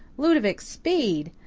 ludovic speed!